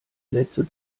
sätze